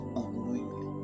unknowingly